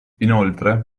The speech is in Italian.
inoltre